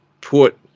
put